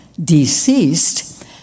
deceased